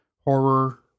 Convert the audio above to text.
horror